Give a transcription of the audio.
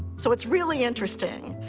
so it's really interesting,